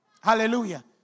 Hallelujah